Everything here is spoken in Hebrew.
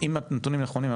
אם הנתונים נכונים,